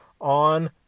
on